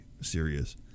serious